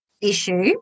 issue